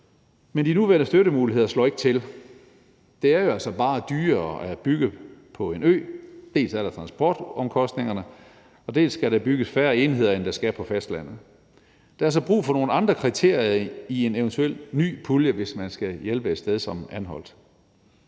men de nuværende støttemuligheder slår ikke til. Det er jo altså bare dyrere at bygge på en ø – dels er der transportomkostningerne, dels skal der bygges færre enheder, end der skal på fastlandet. Der er altså brug for nogle andre kriterier i en eventuel ny pulje, hvis man skal hjælpe et sted som Anholt.